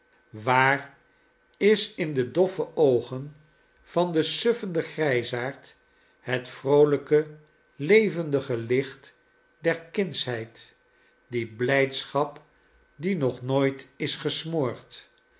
waar is in de doffe oogen van den suffenden grijsaard het vroolijke levendige licht der kindsheid die blijdschap die nog nooit is